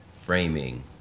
framing